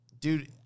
dude